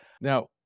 Now